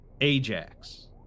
Ajax